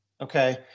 Okay